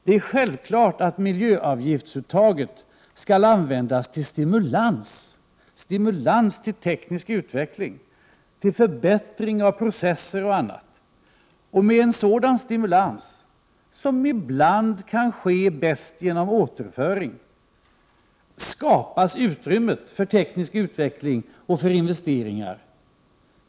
Det är självklart att uttaget av miljöavgifter skall användas till stimulans, dvs. stimulans till 45 teknisk utveckling, till förbättring av processer osv. Med en sådan stimulans, som ibland bäst sker genom återföring, skapas utrymme för teknisk utveckling och för investeringar.